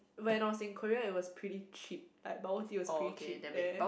when I was in Korea it was pretty cheap like bubble tea is pretty cheap there